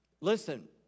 Listen